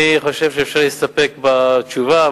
אני חושב שאפשר להסתפק בתשובה,